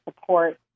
support